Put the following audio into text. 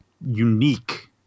unique